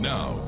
Now